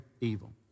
evil